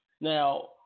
Now